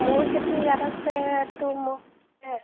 মোৰ সেইটো ইয়াত আছে এইটো মোৰ